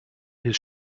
his